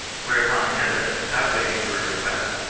whereupon the other, without waiting for a request,